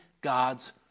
God's